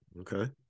okay